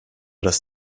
das